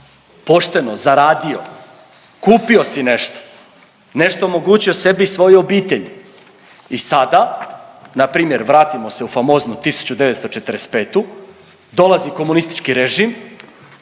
pošteno zaradio, kupio si nešto. Nešto omogućio sebi i svojoj obitelji i sada npr. vratimo se u famoznu 1945., dolazi komunistički režim